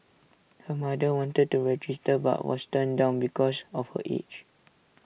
her mother wanted to register but was turned down because of her age